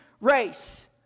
race